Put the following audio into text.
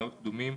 נאות קדומים,